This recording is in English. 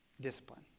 discipline